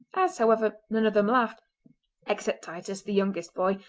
as, however, none of them laughed except titus, the youngest boy,